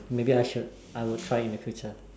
maybe I should I will try in the future